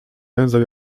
węzeł